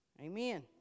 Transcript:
Amen